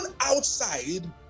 outside